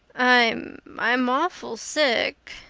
i'm i'm awful sick,